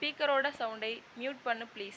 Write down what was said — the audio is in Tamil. ஸ்பீக்கரோட சவுண்டை மியூட் பண்ணு பிளீஸ்